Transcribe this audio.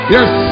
Yes